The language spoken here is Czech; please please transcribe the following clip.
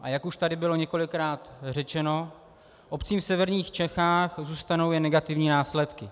A jak už tady bylo několikrát řečeno, obcím v severních Čechách zůstanou jen negativní následky.